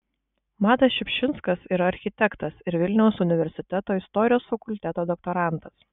matas šiupšinskas yra architektas ir vilniaus universiteto istorijos fakulteto doktorantas